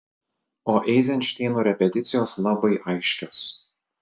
o eizenšteino repeticijos labai aiškios